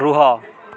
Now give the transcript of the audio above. ରୁହ